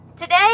Today